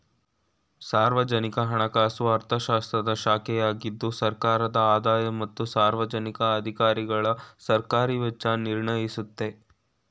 ಸಾರ್ವಜನಿಕ ಹಣಕಾಸು ಅರ್ಥಶಾಸ್ತ್ರದ ಶಾಖೆಯಾಗಿದ್ದು ಸರ್ಕಾರದ ಆದಾಯ ಮತ್ತು ಸಾರ್ವಜನಿಕ ಅಧಿಕಾರಿಗಳಸರ್ಕಾರಿ ವೆಚ್ಚ ನಿರ್ಣಯಿಸುತ್ತೆ